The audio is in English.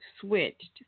switched